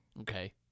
Okay